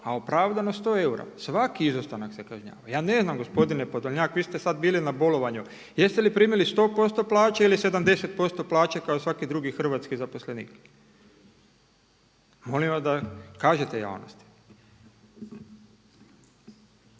a opravdano 100 eura, svaki izostanak se kažnjava. Ja ne znam gospodine Podolnjak, vi ste sada bili na bolovanju, jeste li primili 100% plaće ili 70% plaće kao svaki drugi hrvatski zaposlenik? Molim vas da kažete javnosti.